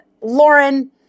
Lauren